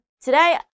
Today